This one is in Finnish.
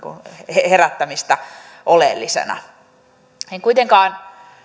herättämistä oleellisena en kuitenkaan